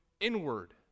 inward